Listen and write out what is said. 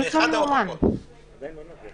וכן תותר הפעלת בריכת שחייה,